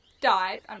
died